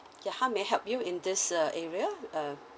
ya how may I help you in this uh area uh